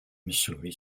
missouri